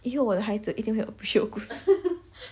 以后我的孩子一定会 appreciate 我故事